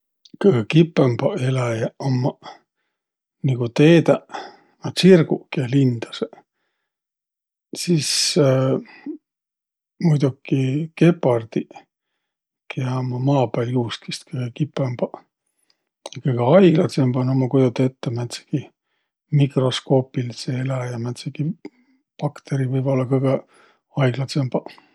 Kõgõ kipõmbaq eläjäq ummaq, nigu teedäq, no tsirguq, kiä lindasõq. Sis muidoki gepardiq, kiä ummaq maa pääl juuskjist kõgõ kipõmbaq.